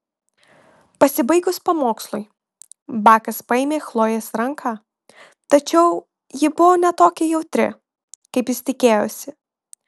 pasibaigus pamokslui bakas paėmė chlojės ranką tačiau ji buvo ne tokia jautri kaip jis tikėjosi